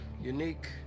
unique